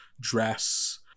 dress